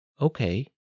Okay